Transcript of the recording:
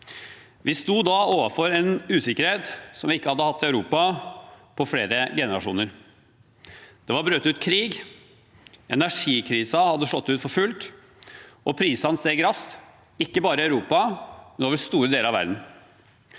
Vi sto da overfor en usikkerhet som vi ikke hadde hatt i Europa på flere generasjoner. Det var brutt ut krig. Energikrisen hadde slått ut for fullt. Prisene steg raskt, ikke bare i Europa, men over store deler av verden.